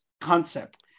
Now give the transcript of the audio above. concept